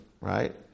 right